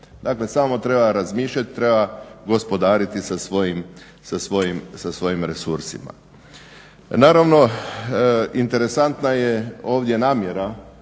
Dakle, samo treba razmišljati, treba gospodariti sa svojim resursima. Naravno, interesantna je ovdje namjera